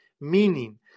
meaning